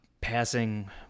passing